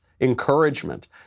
encouragement